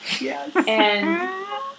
Yes